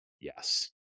Yes